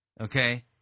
Okay